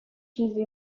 چیزی